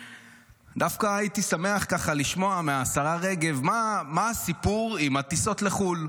דווקא הייתי שמח ככה לשמוע מהשרה רגב מה הסיפור עם הטיסות לחו"ל.